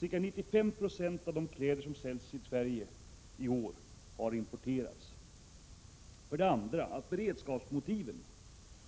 Ca 95 96 av de kläder som säljs i Sverige i år har importerats. 2. Beredskapsmotivet